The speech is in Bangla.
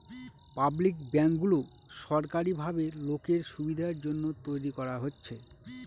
পাবলিক ব্যাঙ্কগুলো সরকারি ভাবে লোকের সুবিধার জন্য তৈরী করা হচ্ছে